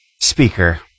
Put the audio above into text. speaker